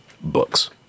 books